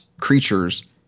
creatures